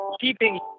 keeping